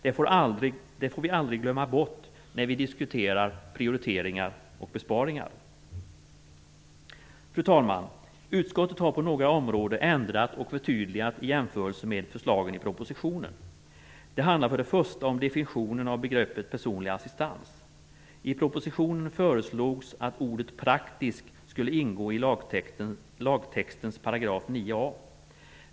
Det får vi aldrig glömma bort när vi diskuterar prioriteringar och besparingar. Fru talman! Utskottet har på några områden ändrat och förtydligat förslagen i propositionen. Det handlar till att börja med om definitionen av begreppet "personlig assistans". I propositionen föreslogs att ordet "praktisk" skulle ingå i § 9a i lagtexten.